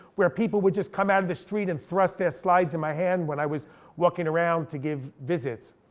where people would just come out in the street and thrust their slides in my hand when i was walking around to give visits.